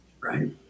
right